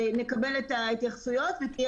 נקבל את ההתייחסויות.